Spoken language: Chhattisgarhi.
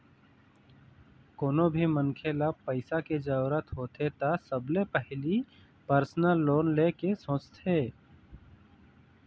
कोनो भी मनखे ल पइसा के जरूरत होथे त सबले पहिली परसनल लोन ले के सोचथे